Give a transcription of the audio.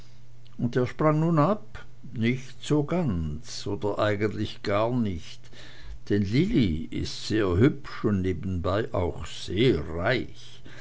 der sprang nu ab nicht so ganz oder eigentlich gar nicht denn lilli ist sehr hübsch und nebenher auch noch sehr reich